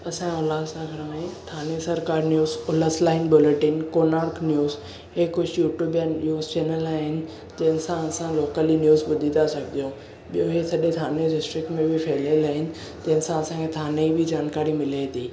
असां जे उल्हासनगर में थाणे सरकार news Ulhas line bulletin Konark news हिकु शूट ॿियनि न्यूज़ चैनल आहिनि जंहिंसा असां लोकली न्यूज़ ॿुधी था सघूं ॿियो ही सॼे थाणे डिस्ट्रिक में बि फहिलियल आहिनि जंहिं सां असां खे थाणे ई बि जानकारी मिले थी